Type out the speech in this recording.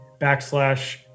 backslash